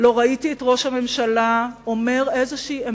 ואם אתמול איים שר אחד ומייד קיבל,